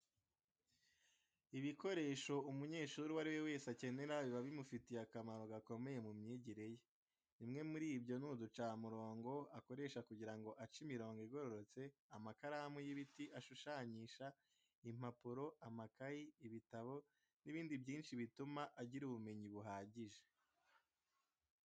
Ibikoresho umunyeshuri uwo ari we wese akenera biba bimufitiye akamaro gakomeye mu myigire ye. Bimwe muri byo ni uducamurongo akoresha kugira ngo ace imirongo igororotse, amakaramu y'ibiti ashushanyisha, impapuro, amakayi, ibitabo n'ibindi byinshi bituma agira ubumenyi buhagije.